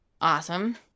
awesome